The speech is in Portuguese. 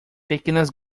pequenas